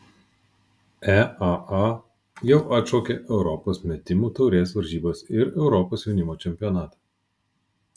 eaa jau atšaukė europos metimų taurės varžybas ir europos jaunimo čempionatą